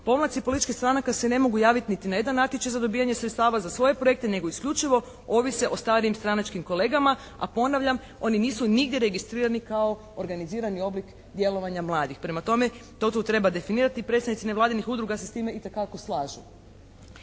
Pomaci političkih stranaka se ne mogu javiti niti na jedan natječaj za dobivanje sredstava za svoje projekte, nego isključivo ovise o starijim stranačkim kolegama, a ponavljam oni nisu nigdje registrirani kao organizirani oblik djelovanja mladih. Prema tome, to tu treba definirati. Predsjednici nevladinih udruga se s time itekako slažu.